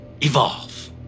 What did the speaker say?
evolve